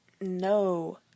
no